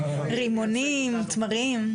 רימונים, תמרים.